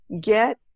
get